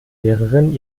lehrerin